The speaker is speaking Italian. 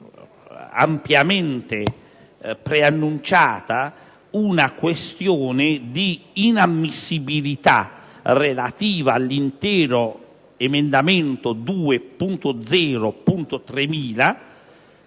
ampiamente preannunciata una questione di inammissibilità relativa all'intero emendamento 2.0.3000.